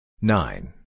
Nine